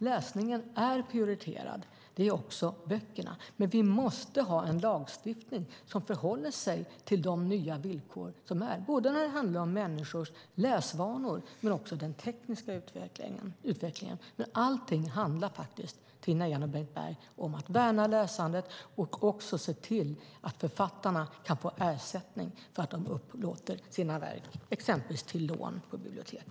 Läsningen är prioriterad. Det är också böckerna. Vi måste dock ha en lagstiftning som förhåller sig till de nya villkoren, både när det handlar om människors läsvanor och den tekniska utvecklingen. Allt handlar, Tina Ehn och Bengt Berg, om att värna läsandet och att se till att författarna kan få ersättning för att de upplåter sina verk, exempelvis till lån på bibliotek.